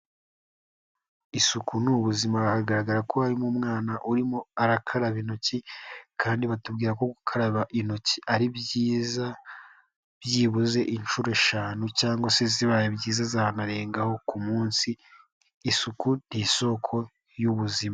Isuku ni ubuzima. Biragaragara ko hari umwana urimo arakaraba intoki kandi batubwira ko gukaraba intoki ari byiza, byibuze inshuro eshanu cyangwase zibaye byiza zanarengaho ku munsi, isuku ni isoko y'ubuzima.